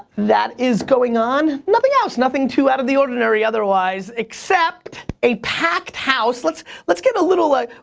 that is going on, nothing else. nothing too out of the ordinary otherwise, except a packed house. let's let's get a little like,